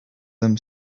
them